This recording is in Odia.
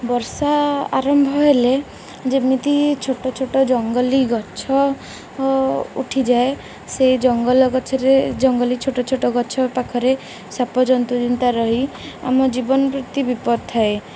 ବର୍ଷା ଆରମ୍ଭ ହେଲେ ଯେମିତି ଛୋଟ ଛୋଟ ଜଙ୍ଗଲ ଗଛ ଉଠିଯାଏ ସେଇ ଜଙ୍ଗଲ ଗଛରେ ଜଙ୍ଗଲ ଛୋଟ ଛୋଟ ଗଛ ପାଖରେ ସାପ ଜନ୍ତୁ ଜୁନ୍ତା ରହି ଆମ ଜୀବନ ପ୍ରତି ବିପଦ ଥାଏ